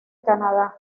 canadá